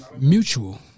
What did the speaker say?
mutual